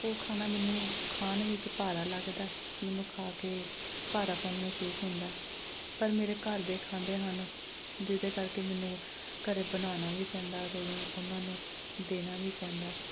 ਉਹ ਖਾਣਾ ਮੈਨੂੰ ਖਾਣ ਵਿੱਚ ਭਾਰਾ ਲੱਗਦਾ ਮੈਨੂੰ ਖਾ ਕੇ ਭਾਰਾਪਨ ਮਹਿਸੂਸ ਹੁੰਦਾ ਪਰ ਮੇਰੇ ਘਰ ਦੇ ਖਾਂਦੇ ਹਨ ਜਿਹਦੇ ਕਰਕੇ ਮੈਨੂੰ ਘਰ ਬਣਾਉਣਾ ਵੀ ਪੈਂਦਾ ਉਨ੍ਹਾਂ ਨੂੰ ਦੇਣਾ ਵੀ ਪੈਂਦਾ